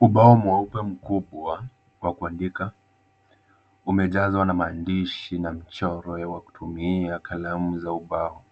Ubao mweupe mkubwa wa kuandika umejazwa na maandishi na mchoro wa kutumia kalamu za ubao.